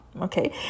Okay